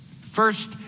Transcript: first